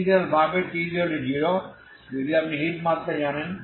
initial ভাবে t0 এ যদি আপনি হিট মাত্রা জানেন